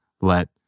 let